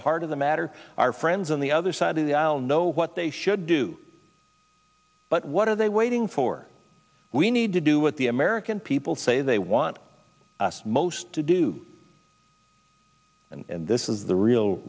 the heart of the matter our friends on the other side of the aisle know what they should do but what are they waiting for we need to do what the american people say they want us most to do and this is the real